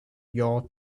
your